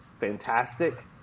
fantastic